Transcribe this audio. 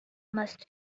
must